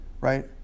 Right